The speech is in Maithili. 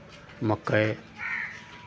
मक्कइ